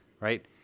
right